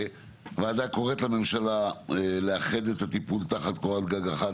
הוועדה קוראת לממשלה לאחד את הטיפול תחת קורת גג אחת.